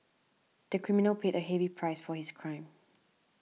the criminal paid a heavy price for his crime